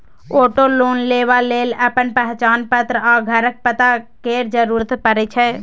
auto loan लेबा लेल अपन पहचान पत्र आ घरक पता केर जरुरत परै छै